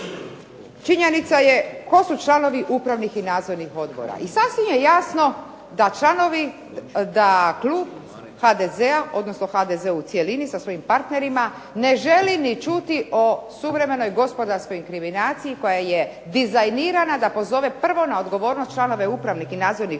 Činjenica je tko su članovi upravnih i nadzornih odbora i sasvim je jasno da klub HDZ-a, odnosno HDZ u cjelini sa svojim partnerima ne želi ni čuti o suvremenoj gospodarskoj inkriminaciji koja je dizajnirana da pozove prvo na odgovornost članove upravnih i nadzornih odbora